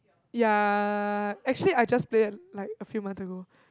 ya actually I just played like a few months ago